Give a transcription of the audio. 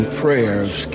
prayers